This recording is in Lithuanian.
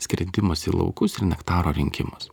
skridimas į laukus ir nektaro rinkimas